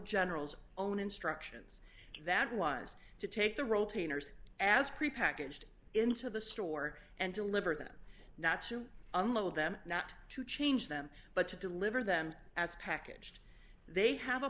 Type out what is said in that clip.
general's own instructions that was to take the roll trainers as prepackaged into the store and deliver them not to unload them not to change them but to deliver them as packaged they have a